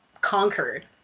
conquered